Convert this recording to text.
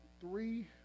three